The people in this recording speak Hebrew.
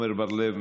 עמר בר-לב,